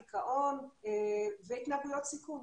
דיכאון והתנהגויות סיכון.